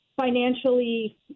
financially